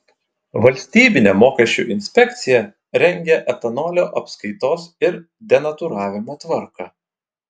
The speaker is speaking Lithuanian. valstybinė mokesčių inspekcija rengią etanolio apskaitos ir denatūravimo tvarką